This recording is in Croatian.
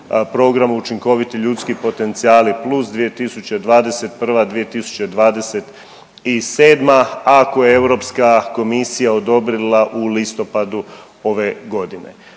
program učinkoviti ljudski potencijali plus 2021.-2027., a koje je Europska komisija odobrila u listopadu ove godine.